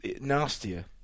nastier